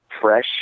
fresh